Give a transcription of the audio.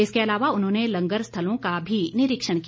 इसके अलावा उन्होंने लंगर स्थलों का भी निरीक्षण किया